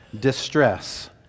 Distress